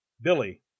Billy